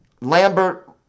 Lambert